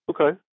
Okay